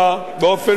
השר הרשקוביץ,